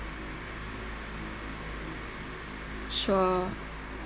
sure